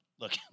look